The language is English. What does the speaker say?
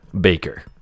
Baker